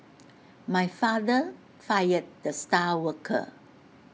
my father fired the star worker